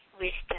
wisdom